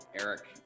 Eric